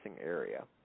area